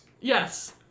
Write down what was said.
yes